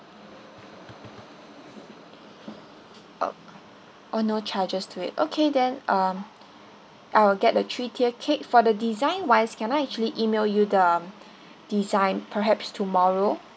oh oh no charges to it okay then um I will get the three tier cake for the design wise can I actually email you the um design perhaps tomorrow